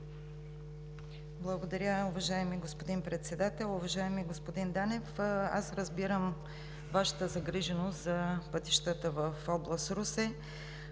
Благодаря. Уважаеми господин Председател! Уважаеми господин Данев, аз разбирам Вашата загриженост за пътищата в Област Русе.